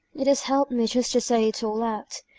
it has helped me just to say it all out.